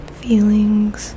feelings